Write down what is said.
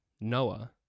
Noah